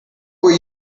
were